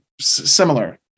similar